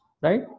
right